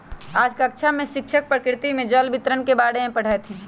आज कक्षा में शिक्षक प्रकृति में जल वितरण के बारे में पढ़ईथीन